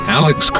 Alex